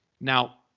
Now